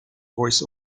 voice